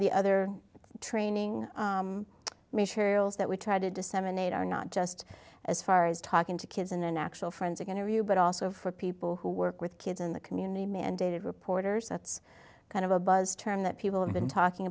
of the other training that we try to disseminate are not just as far as talking to kids in an actual friends or going to you but also for people who work with kids in the community mandated reporters that's kind of a buzz term that people have been talking